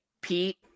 Pete